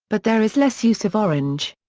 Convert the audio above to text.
but there is less use of orange.